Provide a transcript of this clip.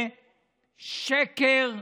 זה שקר,